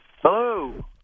Hello